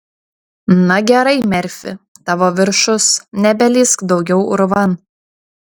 na gerai merfi tavo viršus nebelįsk daugiau urvan